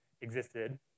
existed